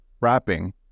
wrapping